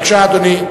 בבקשה, אדוני.